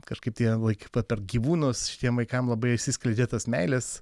kažkaip tie vaikai pa per gyvūnus šiem vaikam labai išsiskleidžia tas meilės